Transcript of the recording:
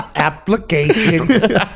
Application